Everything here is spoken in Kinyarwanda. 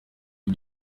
iyi